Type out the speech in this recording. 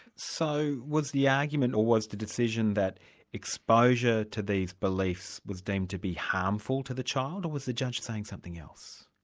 so was the argument or was the decision that exposure to these beliefs was deemed to be harmful to the child? or was the judge saying something else?